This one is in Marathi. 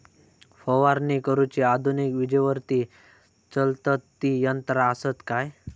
फवारणी करुची आधुनिक विजेवरती चलतत ती यंत्रा आसत काय?